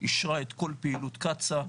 אישרה את כל פעילות קצא"א,